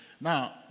Now